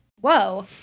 whoa